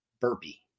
Burpee